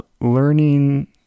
learning